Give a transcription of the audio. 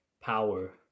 power